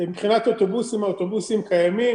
מבחינת אוטובוסים האוטובוסים קיימים,